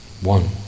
One